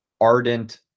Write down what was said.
ardent